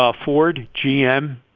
ah ford, gm,